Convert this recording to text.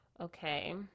Okay